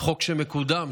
חוק שמקודם,